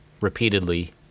repeatedly